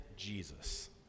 Jesus